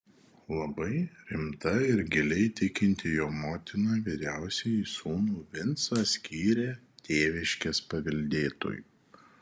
labai rimta ir giliai tikinti jo motina vyriausiąjį sūnų vincą skyrė tėviškės paveldėtoju